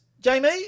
Jamie